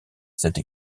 cette